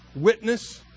witness